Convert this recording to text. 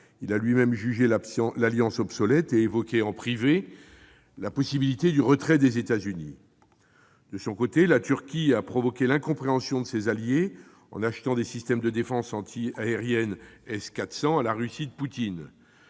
Il a lui-même jugé l'alliance obsolète et évoqué, en privé, la possibilité d'un retrait des États-Unis. De son côté, la Turquie a provoqué l'incompréhension de ses alliés en achetant des systèmes de défense anti-aérienne S-400 à la Russie de Poutine